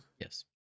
Yes